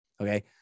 Okay